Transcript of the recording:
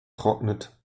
trocknet